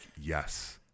yes